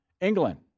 England